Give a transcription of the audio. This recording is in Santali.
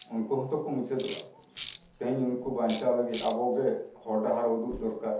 ᱩᱱᱠᱩ ᱦᱚᱛᱚ ᱠᱚ ᱢᱩᱪᱟᱹᱫᱚᱜᱼᱟ ᱛᱮᱦᱮᱧ ᱩᱱᱠᱩ ᱵᱟᱧᱪᱟᱣ ᱞᱟᱹᱜᱤᱫ ᱟᱵᱚ ᱜᱮ ᱦᱚᱨ ᱰᱟᱦᱟᱨ ᱩᱫᱩᱜ ᱫᱚᱠᱟᱨ